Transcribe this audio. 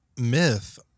myth